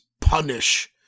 punish